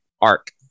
arc